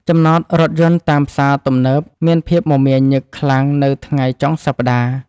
ចំណតរថយន្តតាមផ្សារទំនើបមានភាពមមាញឹកខ្លាំងនៅថ្ងៃចុងសប្តាហ៍។